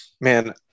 man